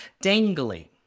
dangling